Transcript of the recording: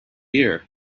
year